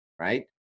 right